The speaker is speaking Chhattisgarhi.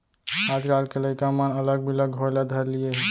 आजकाल के लइका मन अलग बिलग होय ल धर लिये हें